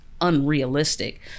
unrealistic